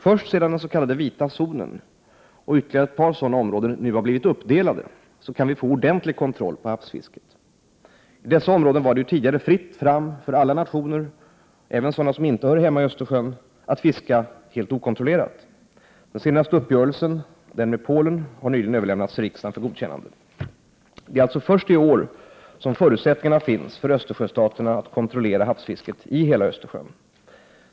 Först sedan den s.k. vita zonen och ytterligare ett par sådana områden nu blivit uppdelade kan vi få ordentlig kontroll på havsfisket. I dessa områden var det ju tidigare fritt fram för alla nationer, även sådana som inte hör hemma i Östersjön, att fiska helt okontrollerat. Den senaste uppgörelsen, den med Polen, har nyligen överlämnats till riksdagen för godkännande. Det är alltså först i år som förutsättningarna finns för Östersjöstaterna att kontrollera havsfisket i hela Östersjön.